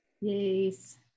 Yes